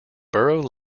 borough